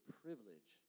privilege